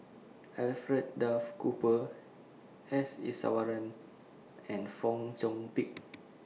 Alfred Duff Cooper S Iswaran and Fong Chong Pik